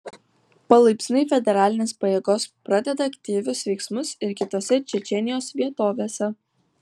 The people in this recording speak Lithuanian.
palaipsniui federalinės pajėgos pradeda aktyvius veiksmus ir kitose čečėnijos vietovėse